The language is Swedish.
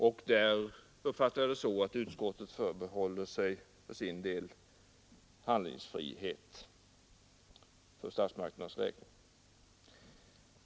Jag uppfattar det så att utskottet förbehåller sig handlingsfrihet för statsmakternas räkning.